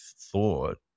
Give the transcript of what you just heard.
thought